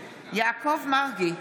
יעקב מרגי,